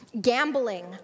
gambling